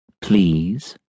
Please